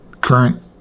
current